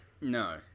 No